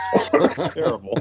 Terrible